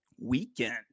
weekend